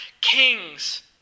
kings